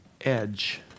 edge